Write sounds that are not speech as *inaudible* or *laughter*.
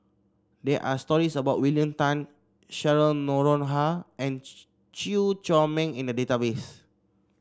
there are stories about William Tan Cheryl Noronha and *unintelligible* Chew Chor Meng in the database